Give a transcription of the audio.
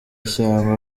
ishyamba